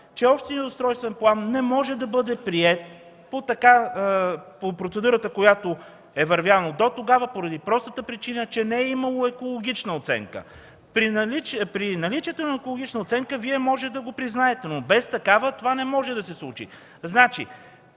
че общият устройствен план не може да бъде приет по процедурата, по която е вървяно дотогава, поради простата причина, че не е имало екологична оценка? При наличието на екологична оценка Вие можете да го признаете, но без такава това не може да се случи.